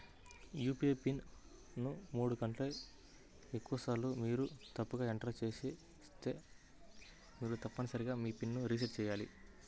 UPI pin ను మూడు కంటే ఎక్కువసార్లు మీరు తప్పుగా ఎంటర్ చేస్తే మీరు తప్పనిసరిగా మీ పిన్ ను రీసెట్ చేయాలి